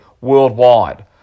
worldwide